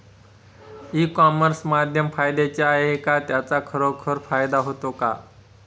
E commerce माध्यम फायद्याचे आहे का? त्याचा खरोखर फायदा होतो का?